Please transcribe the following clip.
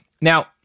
now